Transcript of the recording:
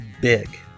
big